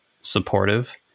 supportive